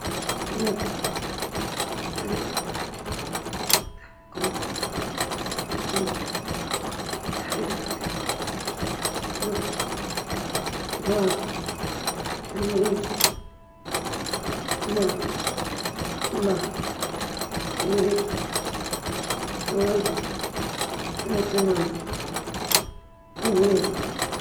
نفضل مكتبة شخصية تحتوي على جميع الكتب المكتوبة، لأنها تفتح لي أبواب المعرفة في كل المجالات، من الفلسفة إلى العلوم، وتساعد في تنمية العقل والروح، الكتب بتعلمك وتفتح آفاقك، أما الفن، بالرغم من جماله، مش بيوفر نفس العمق الفكري اللي ممكن تلقاه في قراءة كتاب.